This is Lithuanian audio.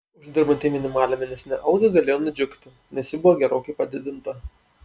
uždirbantieji minimalią mėnesinę algą galėjo nudžiugti nes ji buvo gerokai padidinta